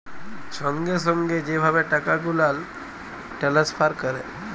সঙ্গে সঙ্গে যে ভাবে টাকা গুলাল টেলেসফার ক্যরে